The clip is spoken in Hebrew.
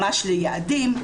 ממש ליעדים,